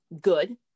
good